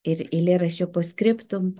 ir eilėraščio post scriptum